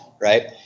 right